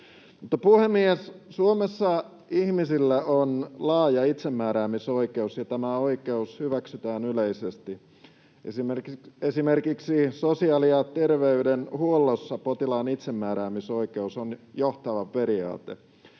puhemies, Suomessa ihmisillä on laaja itsemääräämisoikeus ja tämä oikeus hyväksytään yleisesti. Esimerkiksi sosiaali- ja terveydenhuollossa potilaan itsemääräämisoikeus on johtava periaate.